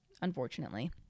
unfortunately